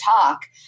talk